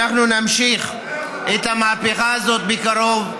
אנחנו נמשיך את המהפכה הזאת בקרוב.